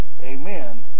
Amen